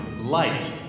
light